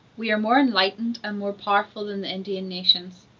we are more enlightened and more powerful than the indian nations,